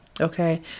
Okay